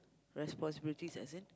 responsibilities as in